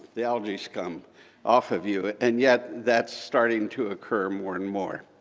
the algae scum off of you, and yet that's starting to occur more and more.